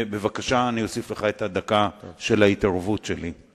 בבקשה, אני אוסיף לך את הדקה של ההתערבות שלי.